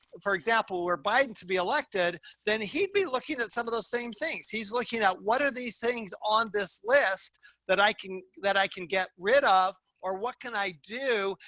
for example, we're buying to be elected, then he'd be looking at some of those same things. he's looking at, what are these things on this list that i can, that i can get rid of? or what can i do?